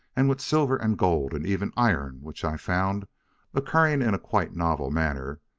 and with silver and gold and even iron which i found occurring in a quite novel manner,